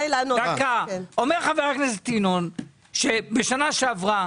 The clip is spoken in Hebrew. אומר חבר הכנסת אזולאי שבשנה עברה